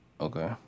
Okay